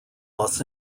los